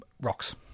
rocks